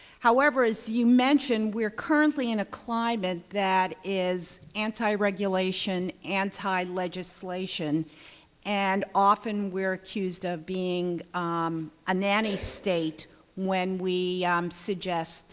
however, as you mentioned, we're currently in a climate that is anti-regulation, anti-legislation and often we're accused of being um a nancy state when we suggest